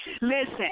Listen